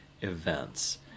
events